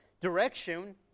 direction